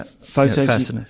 Photos